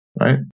right